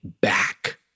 back